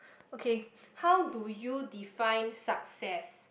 okay how do you define success